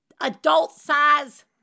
adult-size